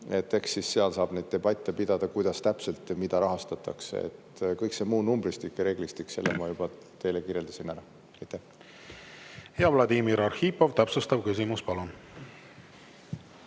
Eks siis seal saab neid debatte pidada, kuidas täpselt ja mida rahastatakse. Kõik see muu numbristik ja reeglistik, selle ma juba teile kirjeldasin ära. Vladimir Arhipov, täpsustav küsimus, palun!